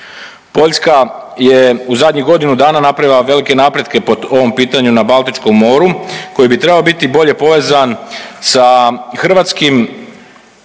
Poljska je u zadnjih godinu dana napravila velike napretke po ovom pitanju na Baltičkom moru koji bi trebao biti bolje povezan sa hrvatskim